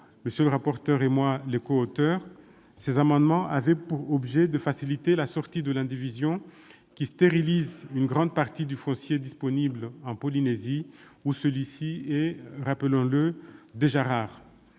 M. le rapporteur et moi-même étions les coauteurs, ces amendements avaient pour objet de faciliter la sortie de l'indivision, laquelle stérilise une grande partie du foncier disponible en Polynésie, celui-ci étant, rappelons-le, déjà rare.